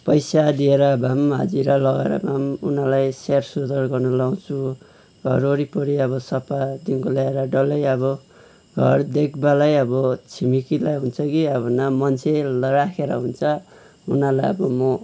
पैसा दिएर भए पनि हाजिरा लगाएर भए पनि उनीहरूलाई स्याहार सुसार गर्न लगाउँछु घर वरिपरि अब सफादेखिको लिएर डल्लै अब घर देखभालै अब छिमेकीलाई हुन्छ कि अब न मान्छे राखेर हुन्छ उनीहरूलाई अब म